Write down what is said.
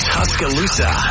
Tuscaloosa